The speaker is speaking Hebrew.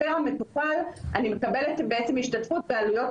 ואז אני מקבלת בעצם השתתפות בעלויות